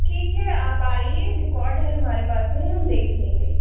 ठीक है आप आइए रिकॉर्ड है हमारे पास में हम देख लेंगे